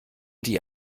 die